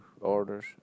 orders